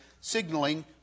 signaling